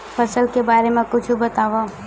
फसल के बारे मा कुछु बतावव